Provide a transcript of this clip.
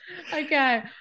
Okay